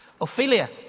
Ophelia